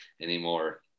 anymore